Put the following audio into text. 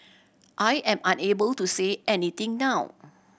I am unable to say anything now